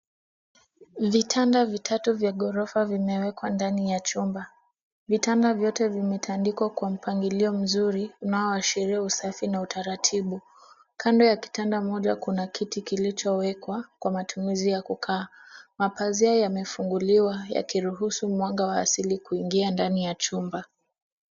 Vitanda vitatu vya ghorofa vimewekwa ndani ya chumba. Vitanda vyote vimetandikwa kwa mpangilio mzuri unaoashiria usafi na utaratibu. Kando ya kitanda moja kuna kiti kilichowekwa kwa matumizi ya kukaa. Mapazia yamefunguliwa yakiruhusu mwanga wa asili kuingia ndani ya chumba.